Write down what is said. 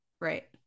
Right